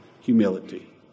humility